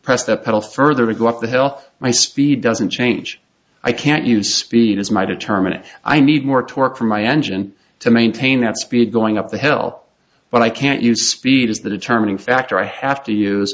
press the pedal further to go up the hill my speed doesn't change i can't use speed as my determinant i need more torque for my engine to maintain that speed going up the hill but i can't use speed as the determining factor i have to use